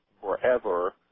forever